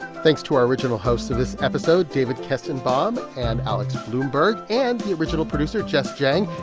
thanks to our original hosts of this episode, david kestenbaum and alex blumberg, and the original producer, jess jiang.